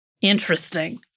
Interesting